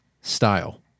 style